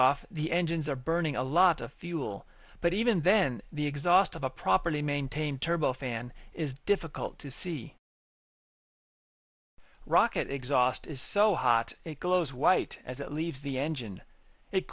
off the engines are burning a lot of fuel but even then the exhaust of a properly maintained turbofan is difficult to see rocket exhaust is so hot it glows white as it leaves the engine it